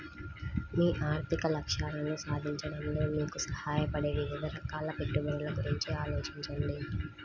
మీ ఆర్థిక లక్ష్యాలను సాధించడంలో మీకు సహాయపడే వివిధ రకాల పెట్టుబడుల గురించి ఆలోచించండి